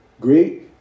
great